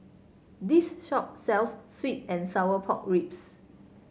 this shop sells sweet and Sour Pork Ribs